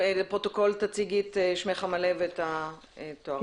זאת פגישת המחזור השנתית או דו-שנתית בעניין הזה כבר די הרבה שנים.